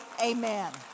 Amen